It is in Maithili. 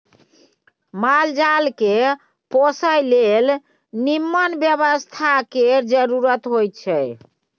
माल जाल केँ पोसय लेल निम्मन बेवस्था केर जरुरत होई छै